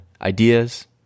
ideas